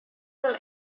will